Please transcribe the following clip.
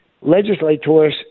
legislators